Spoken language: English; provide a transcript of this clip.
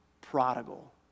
prodigal